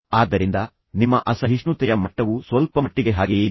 ಆದ್ದರಿಂದ ನಿಮ್ಮ ಅಸಹಿಷ್ಣುತೆಯ ಮಟ್ಟವೂ ಸ್ವಲ್ಪಮಟ್ಟಿಗೆ ಹಾಗೆಯೇ ಇದೆ